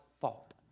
fault